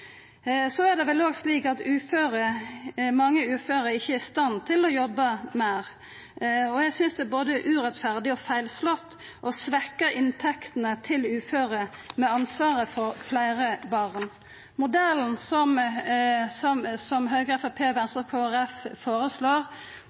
Så er det vel òg slik at mange uføre ikkje er i stand til å jobba meir. Eg synest det er både urettferdig og mislukka å svekkja inntektene til uføre med ansvaret for fleire barn. Modellen som Høgre, Framstegspartiet, Venstre og Kristeleg Folkeparti føreslår, er uheldig og vil kunna låsa dei som